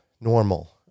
normal